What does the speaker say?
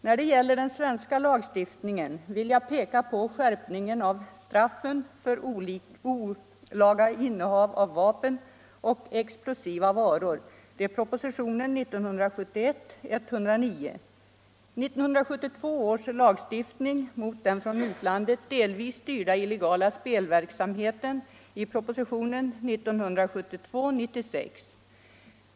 När det gäller den svenska lagstiftningen vill jag peka på skärpningen av straffen för olaga innehav av vapen och explosiva varor, som genomfördes efter förslag i propositionen 1971:109, och på 1972 års lagstiftning —- föreslagen i propositionen 1972:96 - mot den från utlandet delvis styrda illegala spelverksamheten.